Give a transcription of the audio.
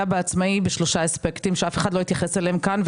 בעצמאי בשלושה אספקטים שאף אחד לא התייחס אליהם כאן,